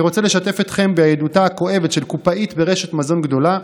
אני רוצה לשתף אתכם בעדותה הכואבת של קופאית ברשת מזון גדולה,